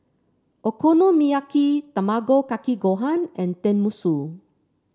Okonomiyaki Tamago Kake Gohan and Tenmusu